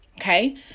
Okay